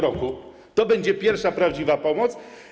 To będzie pierwsza prawdziwa pomoc.